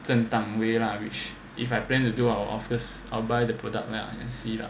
正当 way lah which if I plan to do I'll of course buy the product then I will just see lah